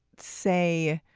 say.